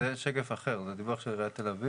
זה דוח של עיריית תל אביב